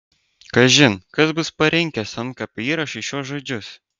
kažin kas bus parinkęs antkapio įrašui šiuos žodžius